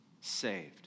Saved